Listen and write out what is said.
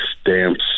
Stamps